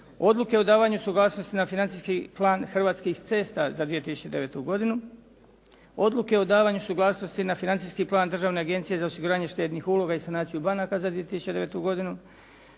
Odluke o davanju suglasnosti na Financijski plan Hrvatskih cesta za 2009. godinu, Odluke o davanju suglasnosti na Financijski plan Državne agencije za osiguranje štednih uloga i sanaciju banaka za 2009. godinu,